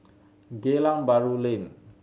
Geylang Bahru Lane